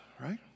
right